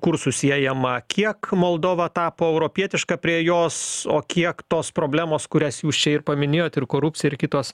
kur susiejama kiek moldova tapo europietiška prie jos o kiek tos problemos kurias jūs čia ir paminėjot ir korupcija ir kitos